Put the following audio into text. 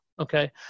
okay